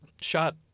shot